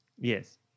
Yes